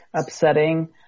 upsetting